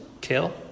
kill